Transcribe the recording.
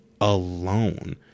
alone